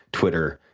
twitter,